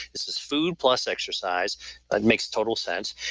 this is food plus exercise and makes total sense.